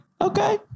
okay